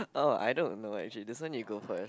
oh I don't know actually this one you go first